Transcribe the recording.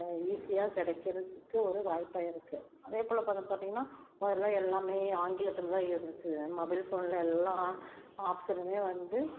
ஈஸியாக கிடைக்கிறதுக்கு ஒரு வாய்ப்பாக இருக்குது அதேப்போல் பத பார்த்தீங்கன்னா முதல எல்லாமே ஆங்கிலத்தில் தான் இருந்துச்சு மொபைல் ஃபோனில் எல்லாம் ஆப்ஷனுமே வந்து